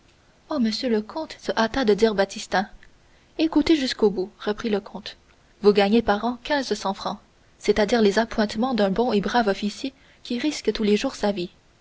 oh monsieur le comte se hâta de dire baptistin écoutez jusqu'au bout reprit le comte vous gagnez par an quinze cents francs c'est-à-dire les appointements d'un bon et brave officier qui risque tous les jours sa vie